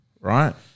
right